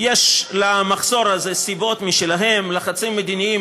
יש למחסור הזה סיבות משלו: לחצים מדיניים,